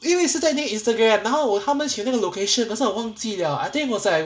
因为是在那个 instagram 然后他们写那个 location that's why 我忘记 liao I think was like